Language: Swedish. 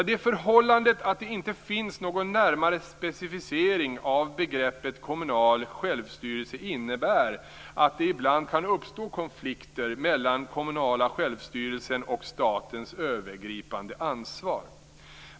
Det förhållandet att det inte finns någon närmare precisering av begreppet kommunal självstyrelse innebär att det ibland kan uppstå konflikter mellan den kommunala självstyrelsen och statens övergripande ansvar.